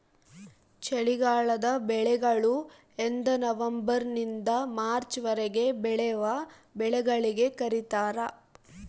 ಚಳಿಗಾಲದ ಬೆಳೆಗಳು ಎಂದನವಂಬರ್ ನಿಂದ ಮಾರ್ಚ್ ವರೆಗೆ ಬೆಳೆವ ಬೆಳೆಗಳಿಗೆ ಕರೀತಾರ